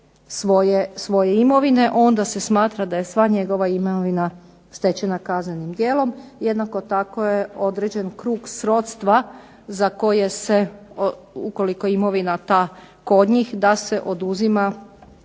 svoje imovine, onda se smatra da je sva njegova imovina stečena kaznenim djelom. Jednako tako je određen krug srodstva za koje se ukoliko imovina ta kod njih da se oduzima,